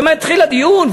ומתחיל הדיון,